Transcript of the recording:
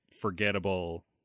forgettable